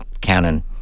Canon